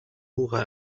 nora